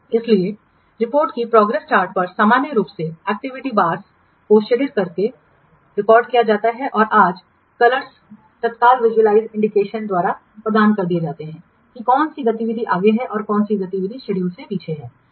इसलिए रिपोर्ट की progress chart पर सामान्य रूप से एक्टिविटी बारस को शेडेड करके दर्ज की जाती है और आज कर्सर तत्काल विजुअल इंडिकेशन प्रदान करता है कि कौन सी गतिविधियां आगे हैं और कौन सी गतिविधियां शेड्यूल में पीछे हैं